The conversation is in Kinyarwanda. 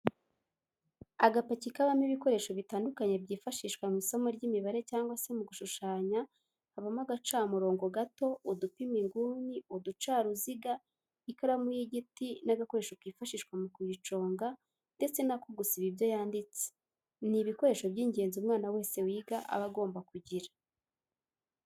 Agapaki kabamo ibikoresho bitandukanye byifashishwa mw'isomo ry'imibare cyangwa se mu gushushanya habamo agacamurongo gato, udupima inguni, uducaruziga, ikaramu y'igiti n'agakoresho kifashishwa mu kuyiconga ndetse n'ako gusiba ibyo yanditse, ni ibikoresho by'ingenzi umwana wese wiga aba agomba kugira.